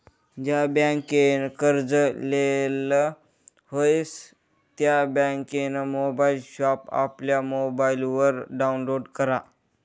ज्या बँकनं कर्ज लेयेल व्हयी त्या बँकनं मोबाईल ॲप आपला मोबाईलवर डाऊनलोड करा